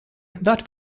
that